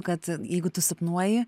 kad jeigu tu sapnuoji